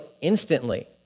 instantly